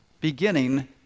beginning